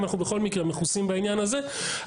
אנחנו בכל מקרה מכוסים בעניין הזה,